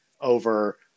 over